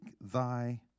thy